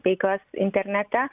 veiklas internete